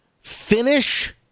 finish